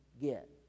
get